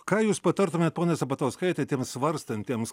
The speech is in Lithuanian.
ką jūs patartumėt ponia sabatauskaite tiems svarstantiems